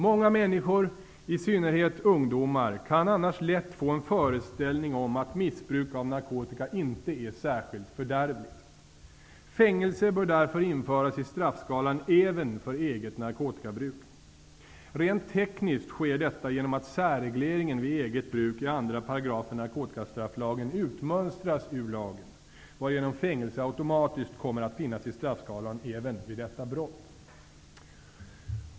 Många människor, i synnerhet ungdomar, kan annars lätt få en föreställning om att missbruk av narkotika inte är särskilt fördärvligt. Fängelse bör därför införas i straffskalan även för eget narkotikabruk. Rent tekniskt sker detta genom att särregleringen vid eget bruk i 2 § narkotikastrafflagen utmönstras ur lagen, varigenom fängelse automatiskt kommer att finnas i straffskalan även vid detta brott.